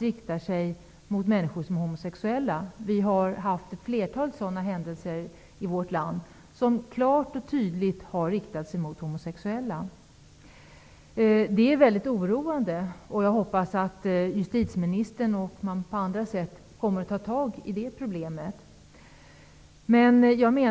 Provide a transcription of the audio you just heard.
riktar sig också mot människor som är homosexuella. Vi har haft ett flertal sådana händelser i vårt land, som klart och tydligt har riktat sig mot homosexuella. Det är oroande. Jag hoppas att justitieministern kommer att ta tag i det problemet, och att det också sker på andra sätt.